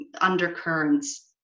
undercurrents